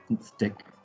stick